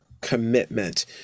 commitment